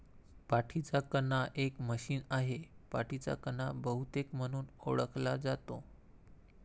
पाठीचा कणा एक मशीन आहे, पाठीचा कणा बहुतेक म्हणून ओळखला जातो